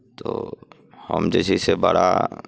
तो हम जे छै से बड़ा